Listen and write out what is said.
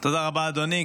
תודה רבה, אדוני.